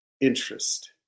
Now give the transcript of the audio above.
interest